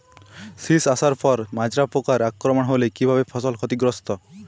শীষ আসার পর মাজরা পোকার আক্রমণ হলে কী ভাবে ফসল ক্ষতিগ্রস্ত?